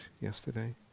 yesterday